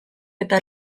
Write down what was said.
eta